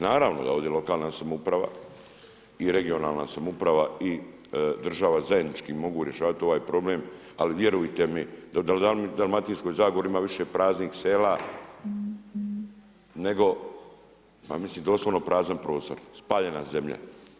Naravno da ovdje lokalna samouprava i regionalna samouprava i država zajednički mogu rješavati ovaj problem ali vjerujte mi da u Dalmatinskoj zagori ima više praznih sela nego pa mislim, doslovno prazan prostor, spaljena zemlja.